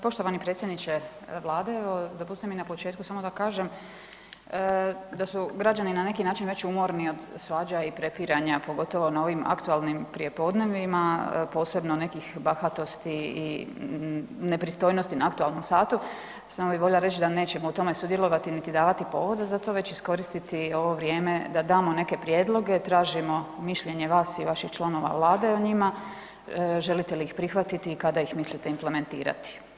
Poštovani predsjedniče vlade, dopustite mi na početku samo da kažem da su građani na neki način već umorni od svađa i prepiranja, pogotovo na ovim aktualnim prijepodnevima, posebno nekih bahatosti i nepristojnosti na aktualnom satu, samo bi voljela reć da nećemo u tome sudjelovati, niti davati povoda za to već iskoristiti ovo vrijeme da damo neke prijedloge, tražimo mišljenje vas i vaših članova vlade o njima, želite li ih prihvatiti i kada ih mislite implementirati?